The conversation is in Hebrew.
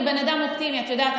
אני בן אדם אופטימי, את יודעת.